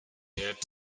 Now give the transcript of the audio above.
hurt